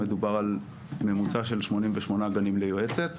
מדובר על ממוצע של 88 גנים ליועצת,